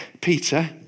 Peter